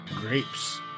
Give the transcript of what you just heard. grapes